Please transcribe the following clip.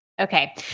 Okay